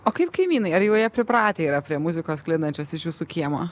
o kaip kaimynai ar jau jie pripratę yra prie muzikos sklindančios iš visų kiemo